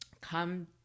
come